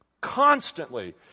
Constantly